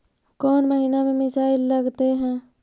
कौन महीना में मिसाइल लगते हैं?